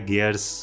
Gears